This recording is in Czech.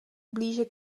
blíže